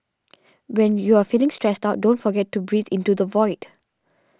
when you are feeling stressed out don't forget to breathe into the void